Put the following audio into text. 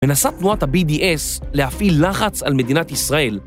מנסה תנועת ה-BDS להפעיל לחץ על מדינת ישראל